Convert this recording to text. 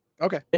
Okay